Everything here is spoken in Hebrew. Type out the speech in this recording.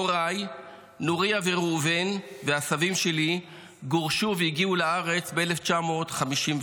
הוריי נוריה וראובן והסבים שלי גורשו והגיעו לארץ ב-1951.